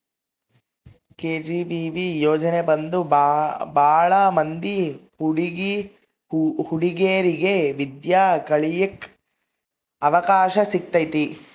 KGBV ಯೋಜನೆ ಬಂದು ಭಾಳ ಮಂದಿ ಹುಡಿಗೇರಿಗೆ ವಿದ್ಯಾ ಕಳಿಯಕ್ ಅವಕಾಶ ಸಿಕ್ಕೈತಿ